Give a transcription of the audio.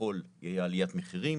כביכול תהיה עליית מחירים